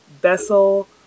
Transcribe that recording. vessel